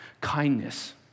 Kindness